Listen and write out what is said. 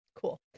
cool